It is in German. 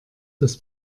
das